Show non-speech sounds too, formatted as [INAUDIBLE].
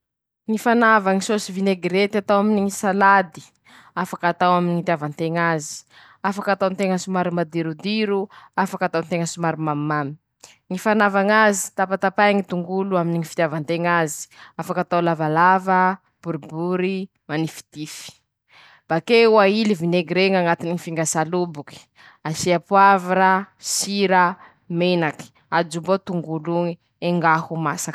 Manahaky anizao ñy fomba famanà na fiketreha hany manintse aminy ñy micro-ondy :-ñy voalohany, alanao tse ñy hantsy aminy ñy sakafo nan [HESITATION] niketrehinao oñy, manahaky anizay ñy fofony ñy pilasitiky, manahaky anizay koa ñy raha nasianao ñazy no nandombofanao ñazy, lafa vit'eñy, ajobonao añatiny ñy finga hany iñy, ajobonao añaty micro-onde ao, arakarakiny ñy tendriky azy, lafa vita zay, ampilirinao ñy hafanà teanao aminy ñy sakafo oñy.